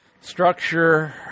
structure